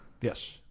Yes